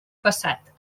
passat